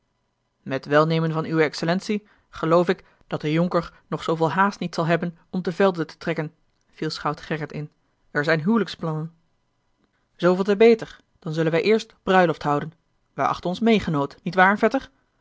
met welnemen van uwe excellentie geloof ik dat de jonker nog zooveel haast niet zal hebben om te velde te trekken viel schout gerrit in er zijn hijliksplannen zooveel te beter dan zullen wij eerst bruiloft houden wij achten ons meê genood niet waar vetter